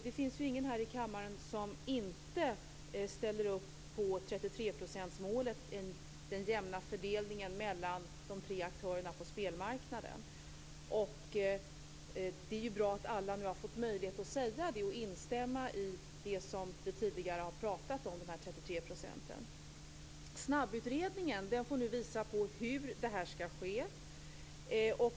Det finns ju ingen här i kammaren som inte ställer upp på 33 procentsmålet, dvs. den jämna fördelningen mellan de tre aktörerna på spelmarknaden, och det är ju bra att alla nu har fått möjlighet att säga det och instämma i det som vi tidigare har pratat om, dvs. de här 33 procenten. Snabbutredningen får nu visa på hur det här skall ske.